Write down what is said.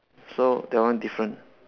so that one different